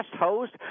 host